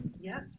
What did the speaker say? Yes